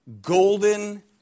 golden